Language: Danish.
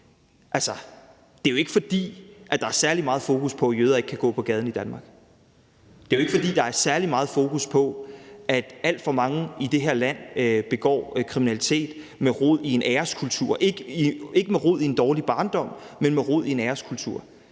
det er jo ikke, fordi der er særlig meget fokus på, at jøder ikke kan gå på gaden i Danmark. Det er jo ikke, fordi der er særlig meget fokus på, at alt for mange i det her land begår kriminalitet med rod i en æreskultur, ikke med rod i en dårlig barndom. Vi har et